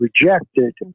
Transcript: rejected